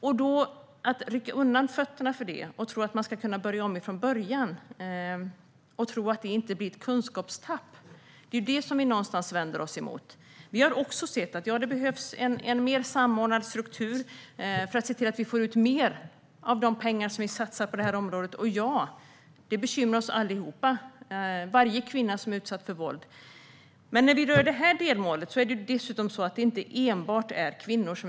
Vi vänder oss emot att man slår undan fötterna för detta och tror att man kan börja om från början utan att det blir ett kunskapstapp. Även vi har sett att det behövs en mer samordnad struktur för att man ska få ut mer av de pengar som satsas på området. Varje kvinna som utsätts för våld bekymrar oss allihop. Men detta delmål berör inte bara utsatta kvinnor.